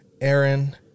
Aaron